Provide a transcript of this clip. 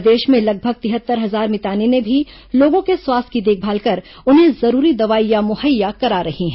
प्रदेश में लगभग तिहत्तर हजार मितानिनें भी लोगों के स्वास्थ्य की देखभाल कर उन्हें जरूरी दवाइयां मुहैया करा रही हैं